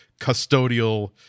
custodial